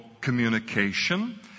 communication